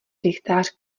rychtář